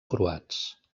croats